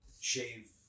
shave